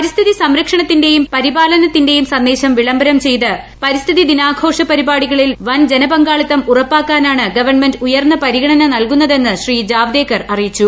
പരിസ്ഥിതി സംരക്ഷണത്തിന്റെയും പരിപാലനത്തിന്റെയും സന്ദേശം വിളംബരം ചെയ്ത് പരിസ്ഥിതിദിനാഘോഷ പരിപാടികളിൽ വൻ ജനപങ്കാളിത്തം ഉറപ്പാക്കാനാണ് ഗവൺമെന്റ് ഉയർന്ന പരിഗണന നൽകുന്നതെന്ന് ശ്രീ ജാവ്ദേക്കർ അറിയിച്ചു